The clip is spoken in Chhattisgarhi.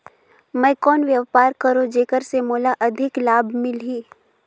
मैं कौन व्यापार करो जेकर से मोला अधिक लाभ मिलही?